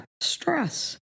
stress